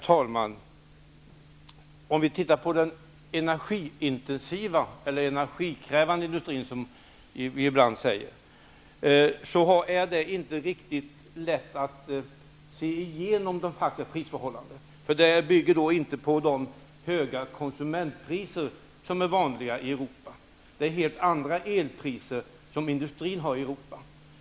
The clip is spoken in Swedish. Herr talman! Om vi går till den energikrävande industrin, finner vi att det inte är riktigt lätt att se de faktiska prisförhållandena, därför att de inte bygger på de höga konsumentpriser som är vanliga i Europa. Industrin har helt andra elpriser i Europa.